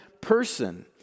person